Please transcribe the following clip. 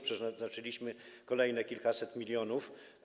Przeznaczyliśmy kolejne kilkaset milionów.